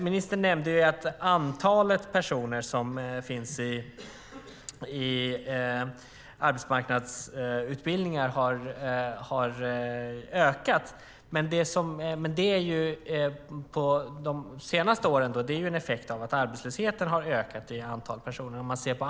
Ministern nämnde att antalet personer som finns i arbetsmarknadsutbildningar har ökat de senaste åren. Men det är en effekt av att arbetslösheten har ökat i antal personer.